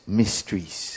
mysteries